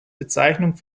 bezeichnung